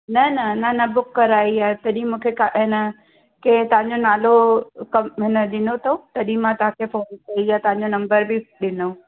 न न न न बुक कराई आहे तॾहिं मूंखे हिन कंहिं तव्हांजो नालो हिन ॾिनो अथऊं तॾहिं मां तव्हांखे फ़ोन कई आहे तव्हांजो नंबर बि ॾिनऊं